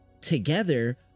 together